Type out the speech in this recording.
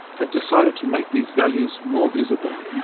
have decided to make these values more visible,